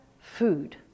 food